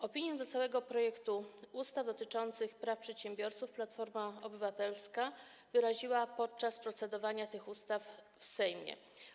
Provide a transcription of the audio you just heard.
Opinię o całym projekcie ustaw dotyczących praw przedsiębiorców Platforma Obywatelska wyraziła podczas procedowania nad tymi ustawami w Sejmie.